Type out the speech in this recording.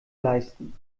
leisten